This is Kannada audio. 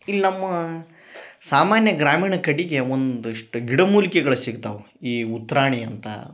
ಇಲ್ಲಿ ನಮ್ಮ ಸಾಮಾನ್ಯ ಗ್ರಾಮೀಣ ಕಡಿಗೆ ಒಂದಿಷ್ಟು ಗಿಡಮೂಲಿಕೆಗಳು ಸಿಗ್ತಾವ್ ಈ ಉತ್ರಾಣಿ ಅಂತ